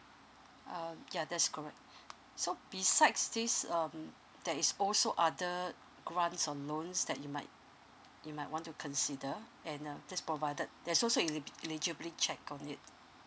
um ya that's correct so besides this um there is also order grants or loans that you might you might want to consider and uh this provided there's also eligi~ eligibility check on it